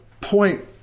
point